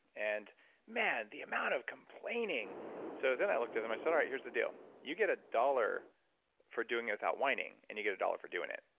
and man, the amount of complaining so then i looked at them, i said, all right, here's the deal. you get a dollar for doing it without whining and you get a dollar for doing it.